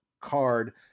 card